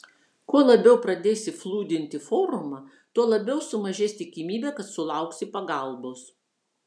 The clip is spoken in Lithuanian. kuo labiau pradėsi flūdinti forumą tuo labiau sumažės tikimybė kad sulauksi pagalbos